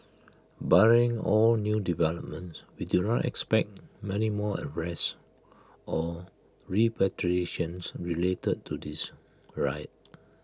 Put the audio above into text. barring all new developments we do not expect many more arrests or repatriations related to this riot